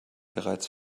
bereits